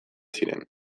ziren